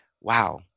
wow